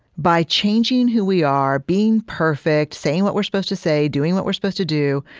by changing who we are, being perfect, saying what we're supposed to say, doing what we're supposed to do?